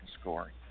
scoring